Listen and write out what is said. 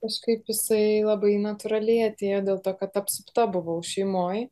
kažkaip jisai labai natūraliai atėjo dėl to kad apsupta buvau šeimoj